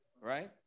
right